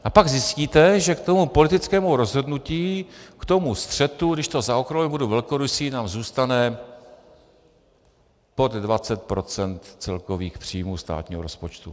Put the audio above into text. A pak zjistíte, že k tomu politickému rozhodnutí, k tomu střetu, když to zaokrouhlím, budu velkorysý, nám zůstane pod 20 % celkových příjmů státního rozpočtu.